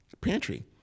pantry